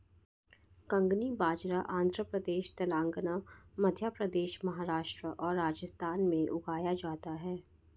कंगनी बाजरा आंध्र प्रदेश, तेलंगाना, मध्य प्रदेश, महाराष्ट्र और राजस्थान में उगाया जाता है